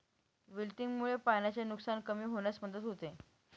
विल्टिंगमुळे पाण्याचे नुकसान कमी होण्यास मदत होते